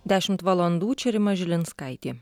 dešimt valandų čia rima žilinskaitė